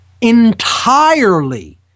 entirely